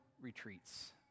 retreats